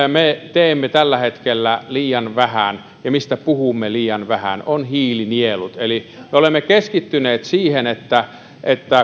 teemme tällä hetkellä liian vähän ja mistä puhumme liian vähän on hiilinielut eli me olemme keskittyneet siihen että